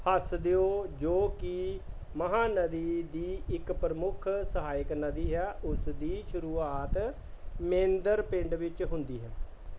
ਹੱਸਦਿਓ ਜੋ ਕਿ ਮਹਾਂਨਦੀ ਦੀ ਇੱਕ ਪ੍ਰਮੁੱਖ ਸਹਾਇਕ ਨਦੀ ਹੈ ਉਸ ਦੀ ਸ਼ੁਰੂਆਤ ਮੇਂਦਰ ਪਿੰਡ ਵਿੱਚ ਹੁੰਦੀ ਹੈ